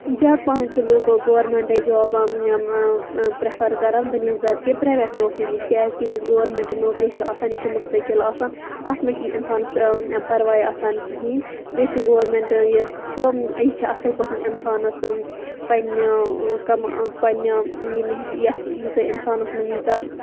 زیادٕ پہنَتھ چھِ لوٗکو گورمیٚنٹے جاب پریٚفر کران بنسبت کہِ پرایویٹ نوکری نِش کیازکہِ یُس گورمیٚنٹ نوکری چھِ آسان یہِ چھِ مُستقل آسان اتھ مَنٛز چھُ نہٕ اِنسانَس پرواے آسان کَہیٖنۍ بیٚیہِ چھ گورمیٚنٹ یۄس چھ یہِ چھِ اصل پٲٹھۍ اِنسانَس پَننہ پَننہِ یتھ ییٖژاہ اِنسانَس مَنٛز ییٖژاہ